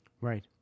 Right